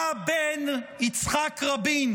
מה בין יצחק רבין